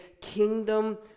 kingdom